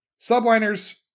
Subliners